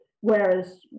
Whereas